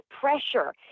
pressure